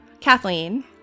Kathleen